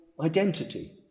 identity